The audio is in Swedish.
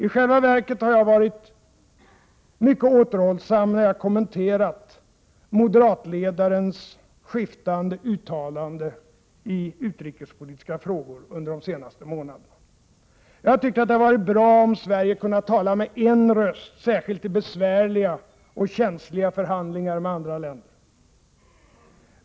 I själva verket har jag varit mycket återhållsam när jag kommenterat moderatledarens skiftande uttalanden i utrikespolitiska frågor under de senaste månaderna. Jag har tyckt att det hade varit bra om Sverige kunnat tala med en röst, särskilt i besvärliga och känsliga förhandlingar med andra länder.